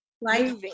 Life